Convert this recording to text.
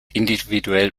individuell